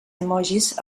emojis